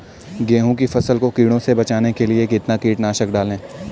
गेहूँ की फसल को कीड़ों से बचाने के लिए कितना कीटनाशक डालें?